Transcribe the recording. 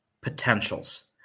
potentials